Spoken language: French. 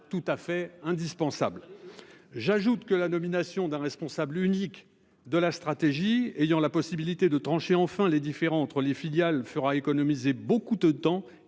tout à fait indispensable. J'ajoute que la nomination d'un responsable unique de la stratégie ayant la possibilité de trancher enfin les différends entre les filiales fera économiser beaucoup de temps